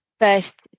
first